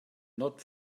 not